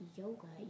yoga